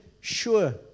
sure